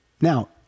Now